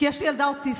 כי יש לי ילדה אוטיסטית,